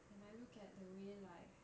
and I look at the way like